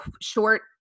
short